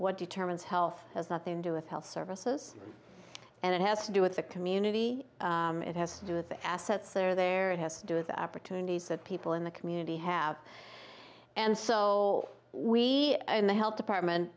what determines health has nothing do with health services and it has to do with a community it has to do with the assets are there it has to do with the opportunities that people in the community have and so we in the health department